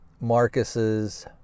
Marcus's